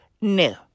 no